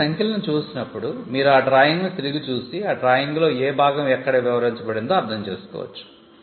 కాబట్టి ఈ సంఖ్యలను చూసినప్పుడు మీరు ఆ డ్రాయింగ్ను తిరిగి చూసి ఆ డ్రాయింగ్లో ఏ భాగం ఇక్కడ వివరించబడిందో అర్థం చేసుకోవచ్చు